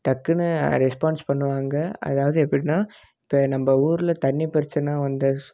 டக்குன்னு ரெஸ்பான்ஸ் பண்ணுவாங்க அதாவது எப்படின்னா இப்போ நம்ம ஊரில் தண்ணி பிரச்சனை வந்த